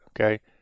Okay